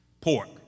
pork